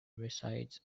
resides